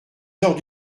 heures